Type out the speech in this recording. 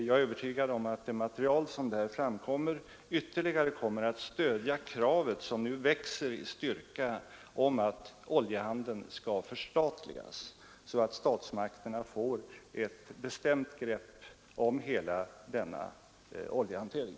Jag är övertygad om att det material som där framkommer ytterligare kommer att stödja kravet — som nu växer i styrka — på att oljebolagen skall förstatligas, så att statsmakterna får ett bestämt grepp om hela denna hantering.